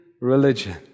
religion